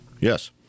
Yes